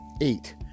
eight